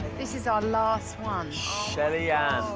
this is our last one. shellyann.